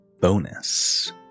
bonus